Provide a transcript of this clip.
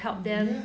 yeah